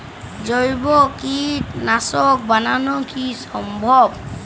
জৈব কীটনাশক বানানো কি সম্ভব?